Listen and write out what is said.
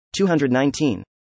219